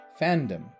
fandom